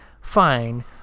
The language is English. Fine